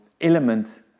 element